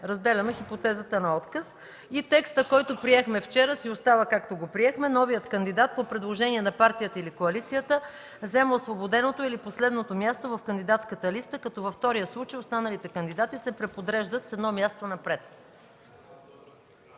Разделяме хипотезата на отказ. Текстът, който приехме вчера, си остава както го приехме: „Новият кандидат по предложение на партията или коалицията взема освободеното или последното място в кандидатската листа, като във втория случай останалите кандидати се преподреждат с едно място напред”.